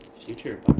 Future